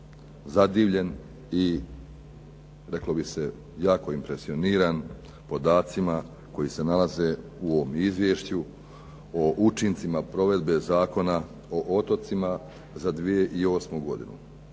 zadivljen i reklo bi se jako impresioniran podacima koji se nalaze u ovom Izvješću o učincima provedbe Zakona o otocima za 2008. godinu.